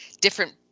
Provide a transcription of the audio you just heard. different